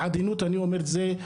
בעדינות אני אומר את זה.